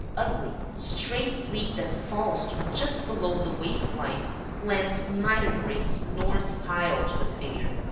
ugly, straight pleat that falls to just below the waist-line lends neither grace nor style to the figure.